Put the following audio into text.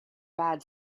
bad